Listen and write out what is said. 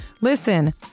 Listen